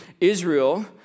Israel